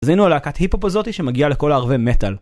אז היינו הלהקת היפ הופ הזאתי שמגיעה לכל הערבי מטאל.